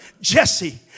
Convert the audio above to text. Jesse